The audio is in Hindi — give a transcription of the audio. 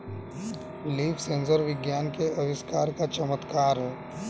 लीफ सेंसर विज्ञान के आविष्कार का चमत्कार है